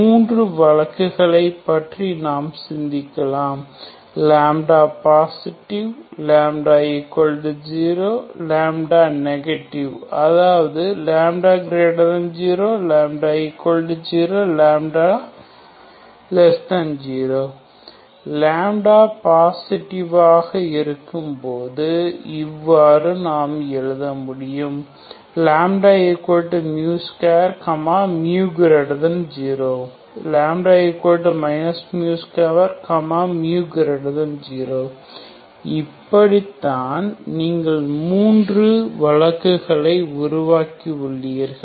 மூன்று வழக்குகளைப் பற்றி நாம் சிந்திக்கலாம் λ பாசிட்டிவ் λ0 λ நெகட்டிவ் அதாவது λ0 λ0 λ0 λ பாசிட்டிவாக இருக்கும்போது இவ்வாறு நாம் எழுத முடியும் μ2 μ0 μ2 μ0 இப்படித்தான் நீங்கள் மூன்று வழக்குகளை உருவாக்கி உள்ளீர்கள்